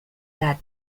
that